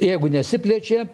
jeigu nesiplečia